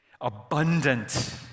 abundant